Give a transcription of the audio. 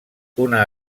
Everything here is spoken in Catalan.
una